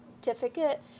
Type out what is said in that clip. certificate